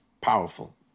powerful